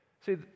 See